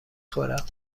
خورم